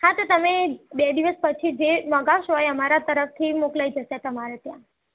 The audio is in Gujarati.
હા તો તમે બે દિવસ પછી જે મંગાવશો એ અમારા તરફથી મોકલાઈ જશે તમારા ત્યાં